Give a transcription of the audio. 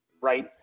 right